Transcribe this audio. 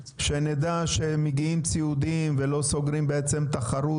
שנדע שמגיעים ציודים ולא סוגרים בעצם תחרות